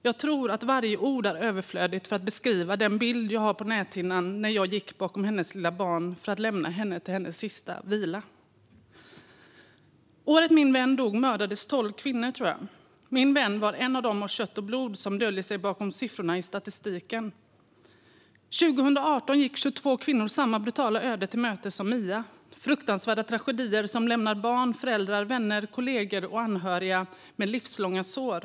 Jag tror att varje ord är överflödigt för att beskriva den bild jag har på näthinnan av hur jag gick bakom hennes lilla barn för att lämna henne till hennes sista vila. Året då min vän dog mördades tolv kvinnor, tror jag. Min vän var en av dem av kött och blod som döljer sig bakom sifforna i statistiken. År 2018 gick 22 kvinnor samma brutala öde till mötes som Mia. Detta är fruktansvärda tragedier, som lämnar barn, föräldrar, vänner, kollegor och anhöriga med livslånga sår.